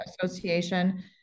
association